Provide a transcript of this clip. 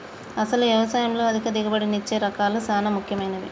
అసలు యవసాయంలో అధిక దిగుబడినిచ్చే రకాలు సాన ముఖ్యమైనవి